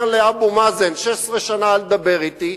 אומר לאבו מאזן "16 שנה אל תדבר אתי",